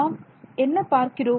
நாம் என்ன பார்க்கிறோம்